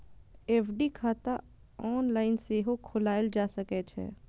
FD खाता online सेहो खोलाएल जा सकै छै